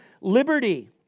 liberty